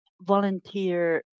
volunteer